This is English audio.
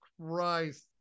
christ